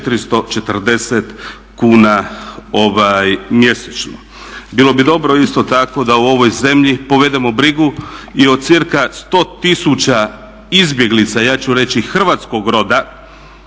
440 kuna mjesečno. Bilo bi dobro isto tako da u ovoj zemlji povedemo brigu i o cca 100 000 izbjeglica ja ću reći hrvatskog roda